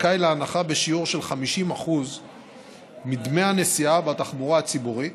זכאי להנחה בשיעור של 50% בדמי הנסיעה בתחבורה הציבורית,